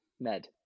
Med